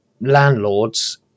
landlord's